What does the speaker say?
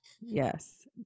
yes